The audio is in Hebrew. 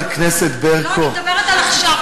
אני מדברת על עכשיו,